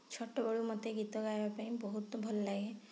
ଛୋଟ ବେଳୁ ମୋତେ ଗୀତ ଗାଇବା ପାଇଁ ବହୁତ ଭଲ ଲାଗେ